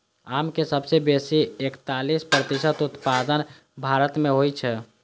आमक सबसं बेसी एकतालीस प्रतिशत उत्पादन भारत मे होइ छै